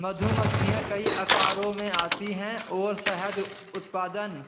मधुमक्खियां कई आकारों में आती हैं और शहद उत्पादन